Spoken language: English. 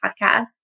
podcast